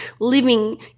living